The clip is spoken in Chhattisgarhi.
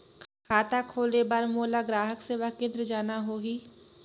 खाता खोले बार मोला ग्राहक सेवा केंद्र जाना होही?